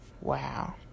wow